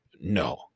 No